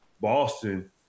Boston